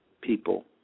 people